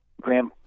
Graham